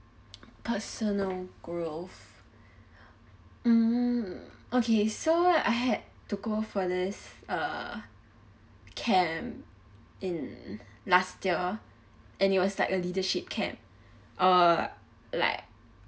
personal growth mm okay so what I had to go for this uh camp in last year and it was like a leadership camp err like